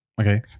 okay